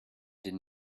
did